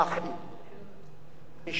משום שכאן יש דבר